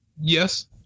Yes